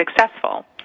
successful